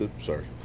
Sorry